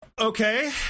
okay